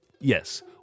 Yes